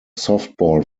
softball